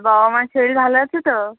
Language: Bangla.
বাবা মা র শরীর ভালো আছে তো